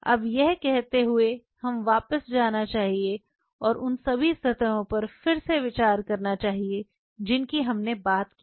अब यह कहते हुए हमें वापस जाना चाहिए और उन सभी सतहों पर फिर से विचार करना चाहिए जिनकी हमने बात की है